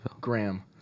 Graham